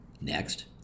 Next